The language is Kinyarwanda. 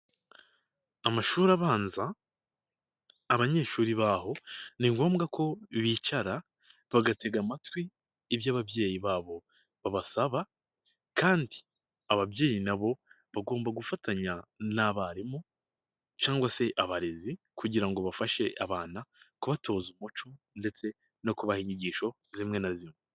Amashuri abanza, abanyeshuri baho ni ngombwa ko bicara bagatega amatwi ibyo ababyeyi babo babasaba kandi ababyeyi nabo bagomba gufatanya n'abarimu cyangwa se abarezi kugira ngo bafashe abana kubatoza umuco ndetse no kubaha inyigisho zimwe na zimwe.